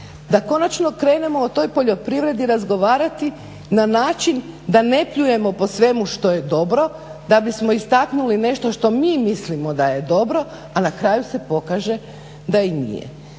da konačno krenemo o toj poljoprivredi razgovarati na način da ne pljujemo po svemu što je dobro da bismo istaknuli nešto što mi mislimo da je dobro. A na kraju se pokaže da i nije.